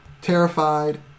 terrified